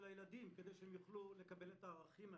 הילדים כדי שיוכלו לקבל את הערכים האלה.